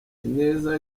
ineza